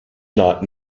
knott